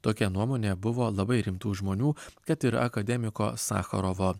tokia nuomonė buvo labai rimtų žmonių kad ir akademiko sacharovo